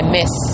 miss